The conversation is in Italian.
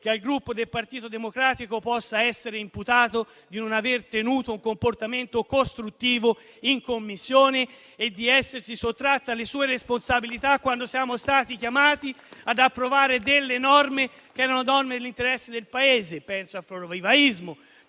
che al Gruppo Partito Democratico possa essere imputato di non aver tenuto un comportamento costruttivo in Commissione e di essersi sottratto alle sue responsabilità quando siamo stati chiamati ad approvare norme che erano nell'interesse del Paese. Penso al florovivaismo,